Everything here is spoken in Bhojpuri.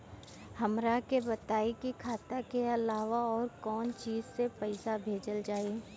हमरा के बताई की खाता के अलावा और कौन चीज से पइसा भेजल जाई?